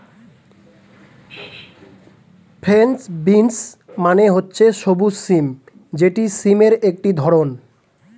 French beans মানে হচ্ছে সবুজ সিম যেটি সিমের একটি ধরণ